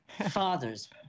father's